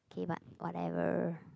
okay but whatever